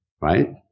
right